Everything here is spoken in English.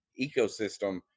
ecosystem